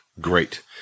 great